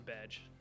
badge